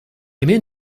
mean